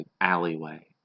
alleyway